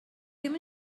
ddim